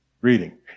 reading